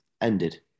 ended